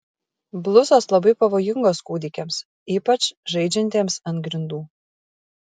blusos labai pavojingos kūdikiams ypač žaidžiantiems ant grindų